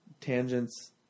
Tangents